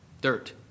dirt